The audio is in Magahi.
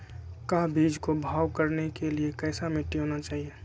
का बीज को भाव करने के लिए कैसा मिट्टी होना चाहिए?